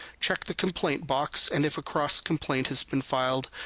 check the complaint box, and if a cross complaint has been filed,